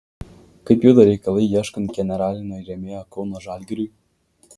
kaip juda reikalai ieškant generalinio rėmėjo kauno žalgiriui